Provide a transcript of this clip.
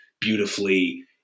beautifully